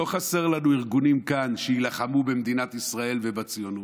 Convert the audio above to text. לא חסר לנו ארגונים כאן שיילחמו במדינת ישראל ובציונות.